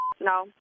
No